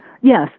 Yes